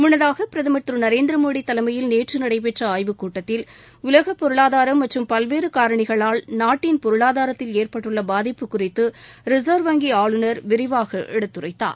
முன்னதாக பிரதமர் திரு நரேந்திர மோடி தலைமையில் நேற்று நடைபெற்ற ஆய்வு கூட்டத்தில் உலக பொருளாதாரம் மற்றும் பல்வேறு காரணிகளால் நாட்டின் பொருளாதாரத்தில் ஏற்பட்டுள்ள பாதிப்பு குறித்து ரிசர்வ் வங்கி ஆளுனர் விரிவாக எடுத்துரைத்தார்